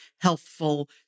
healthful